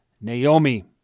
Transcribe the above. Naomi